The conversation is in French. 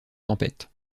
tempête